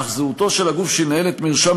אך זהותו של הגוף אשר ינהל את מרשם